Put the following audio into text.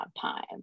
time